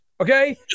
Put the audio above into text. okay